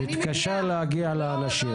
מתקשה להגיע לאנשים.